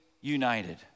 united